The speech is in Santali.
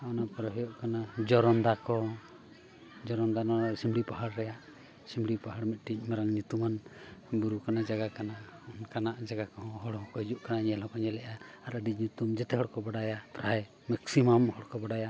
ᱚᱱᱟ ᱯᱚᱨᱮ ᱦᱩᱭᱩᱜ ᱠᱟᱱᱟ ᱡᱚᱨᱚᱱᱫᱟ ᱠᱚ ᱡᱚᱨᱚᱱᱫᱟ ᱱᱚᱣᱟ ᱥᱤᱢᱞᱤ ᱯᱟᱦᱟᱲ ᱨᱮᱭᱟᱜ ᱥᱤᱢᱞᱤ ᱯᱟᱦᱟᱲ ᱢᱤᱫᱴᱤᱡ ᱧᱩᱛᱩᱢᱟᱱ ᱵᱩᱨᱩ ᱠᱟᱱᱟ ᱡᱟᱭᱜᱟ ᱠᱟᱱᱟ ᱚᱱᱠᱟᱱᱟᱜ ᱡᱟᱭᱜᱟ ᱠᱚᱦᱚᱸ ᱦᱚᱲ ᱦᱚᱸᱠᱚ ᱦᱤᱡᱩᱜ ᱠᱟᱱᱟ ᱧᱮᱞ ᱦᱚᱸᱠᱚ ᱧᱮᱞᱮᱫᱼᱟ ᱟᱨ ᱟᱹᱰᱤ ᱧᱩᱛᱩᱢ ᱡᱮᱛᱮ ᱦᱚᱲᱠᱚ ᱵᱟᱰᱟᱭᱟ ᱯᱨᱟᱭ ᱦᱚᱲ ᱠᱚ ᱵᱟᱰᱟᱭᱟ